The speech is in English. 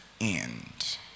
end